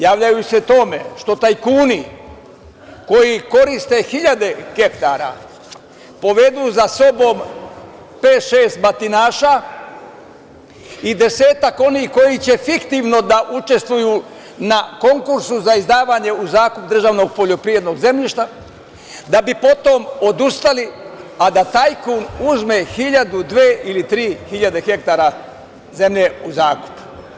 Javljaju se u tome što tajkuni koji koriste hiljade hektara povedu za sobom pet-šest batinaša i desetak onih koji će fiktivno da učestvuju na konkursu za izdavanje u zakup državnog poljoprivrednog zemljišta, da bi potom odustali, a da tajkun uzme hiljadu, dve ili tri hiljade hektara zemlje u zakup.